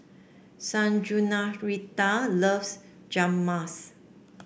loves Rajmas